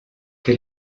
que